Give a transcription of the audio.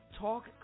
Talk